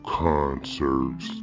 concerts